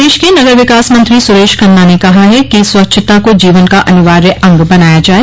प्रदेश के नगर विकास मंत्री सुरेश खन्ना ने कहा कि स्वच्छता को जीवन का अनिवार्य अंग बनाया जाये